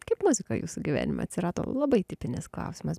kaip muzika jūsų gyvenime atsirado labai tipinis klausimas